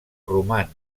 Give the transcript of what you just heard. roman